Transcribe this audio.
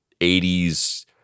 80s